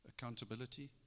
Accountability